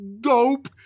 dope